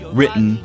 written